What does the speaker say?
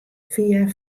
fia